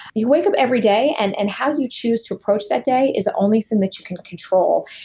you wake up every day and and how you choose to approach that day, is the only thing that you can control.